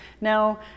Now